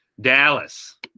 Dallas